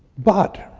but